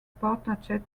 partnership